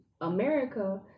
America